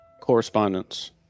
Correspondence